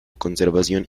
conservación